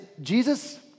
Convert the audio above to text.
Jesus